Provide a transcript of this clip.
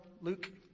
Luke